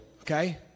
okay